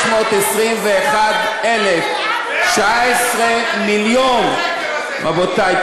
521,000. 19 מיליון, רבותי.